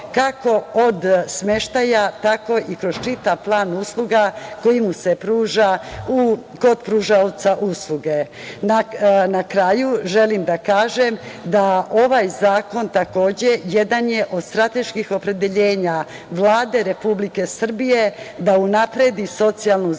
kako od smeštaja, tako i kroz čitav plan usluga koji mu se pruža kod pružaoca usluge. Na kraju, želim da kažem da ovaj zakon, takođe, jedan je od strateških opredeljenja Vlade Republike Srbije da unapredi socijalnu zaštitu